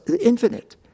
infinite